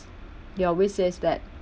he always says that